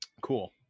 Cool